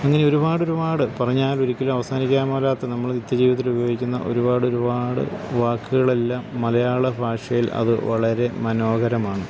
അങ്ങനെ ഒരുപാട് ഒരുപാട് പറഞ്ഞാൽ ഒരിക്കലും അവസാനിക്കാൻ മേലാത്ത നമ്മൾ നിത്യ ജീവിതത്തിൽ ഉപയോഗിക്കുന്ന ഒരുപാട് ഒരുപാട് വാക്കുകൾ എല്ലാം മലയാള ഭാഷയിൽ അത് വളരെ മനോഹരമാണ്